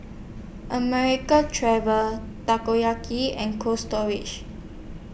American Traveller Toyoki and Cold Storage